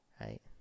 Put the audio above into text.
right